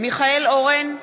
מיכאל אורן,